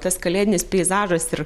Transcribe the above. tas kalėdinis peizažas ir